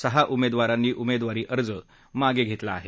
सहा उमेदवारांनी उमेदवारी अर्ज मागे घेतला आहे